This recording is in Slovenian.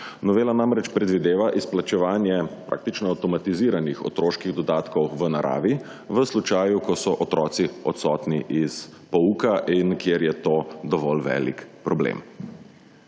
Novela namreč predvideva izplačevanje praktično avtomatiziranih otroških dodatkov v naravi v slučaju, ko so otroci odsotni iz pouka in kjer je to dovolj velik problem.